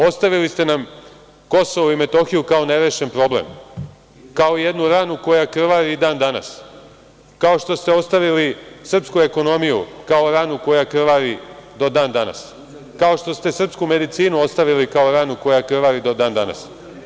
Ostavili ste nam KiM kao nerešen problem, kao jednu ranu koja kravari i dan danas, kao što ste ostavili srpsku ekonomiju kao ranu koja krvari do dan danas, kao što ste srpsku medicinu ostavili kao ranu koja krvari do dan danas.